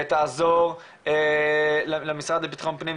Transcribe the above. ותעזור למשרד לביטחון פנים.